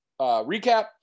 recap